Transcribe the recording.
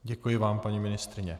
Děkuji vám, paní ministryně.